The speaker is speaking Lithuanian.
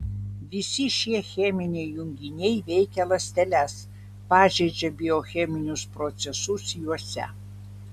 visi šie cheminiai junginiai veikia ląsteles pažeidžia biocheminius procesus juose